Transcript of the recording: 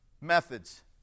methods